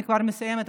אני כבר מסיימת,